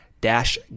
dash